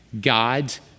God's